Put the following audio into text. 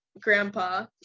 grandpa